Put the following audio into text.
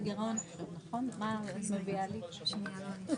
הצבעה הרוויזיה לא אושרה.